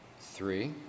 three